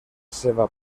seva